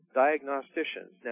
diagnosticians